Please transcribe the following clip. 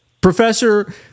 Professor